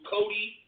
Cody